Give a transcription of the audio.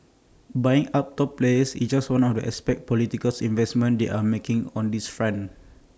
buying up top players is just one aspect of the political investments they are making on this front